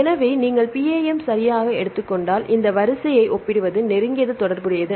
எனவே நீங்கள் PAM ஐ சரியாக எடுத்துக் கொண்டால் இந்த வரிசையை ஒப்பிடுவது நெருங்கிய தொடர்புடையது